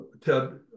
ted